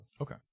Okay